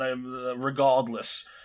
regardless